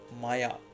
Maya